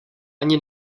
ani